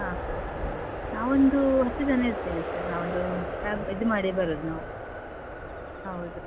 ಹಾಂ ನಾವು ಒಂದು ಹತ್ತು ಜನ ಇರ್ತೇವೆ ಸರ್ ನಾ ಒಂದು ಕ್ಯಾಬ್ ಇದು ಮಾಡಿಯೇ ಬರುದು ನಾವು ಹೌದು